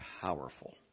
powerful